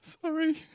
sorry